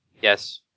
Yes